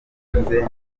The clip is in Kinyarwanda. hanze